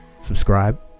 subscribe